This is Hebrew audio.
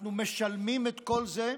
אנחנו משלמים את כל זה,